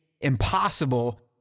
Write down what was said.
impossible